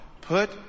Put